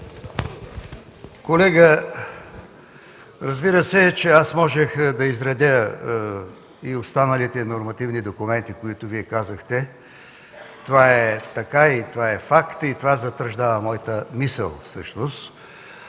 Колега, разбира се, че можех да изредя и останалите нормативни документи, които Вие споменахте. Това е така, то е факт и всъщност затвърждава моята мисъл.